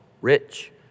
Rich